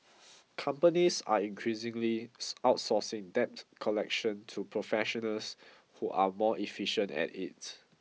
companies are increasingly outsourcing debt collection to professionals who are more efficient at it